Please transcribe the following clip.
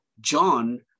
John